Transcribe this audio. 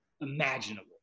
imaginable